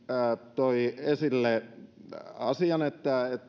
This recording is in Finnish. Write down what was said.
toi esille että